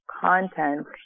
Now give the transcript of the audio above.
content